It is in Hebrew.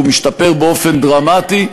והוא משתפר באופן דרמטי.